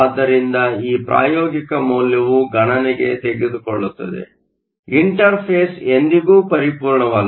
ಆದ್ದರಿಂದ ಈ ಪ್ರಾಯೋಗಿಕ ಮೌಲ್ಯವು ಗಣನೆಗೆ ತೆಗೆದುಕೊಳ್ಳುತ್ತದೆ ಇಂಟರ್ಫೇಸ್ ಎಂದಿಗೂ ಪರಿಪೂರ್ಣವಲ್ಲ